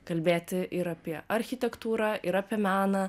kalbėti ir apie architektūrą ir apie meną